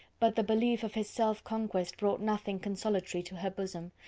but the belief of his self-conquest brought nothing consolatory to her bosom,